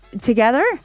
Together